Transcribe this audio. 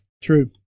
True